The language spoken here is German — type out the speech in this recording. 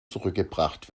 zurückgebracht